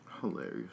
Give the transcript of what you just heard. Hilarious